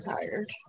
tired